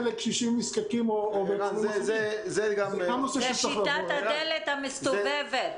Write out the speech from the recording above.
לקשישים נזקקים או --- זה גם נושא שצריך --- זו שיטת הדלת המסתובבת.